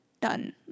done